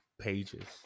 pages